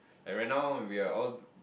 like right now we are all